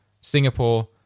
Singapore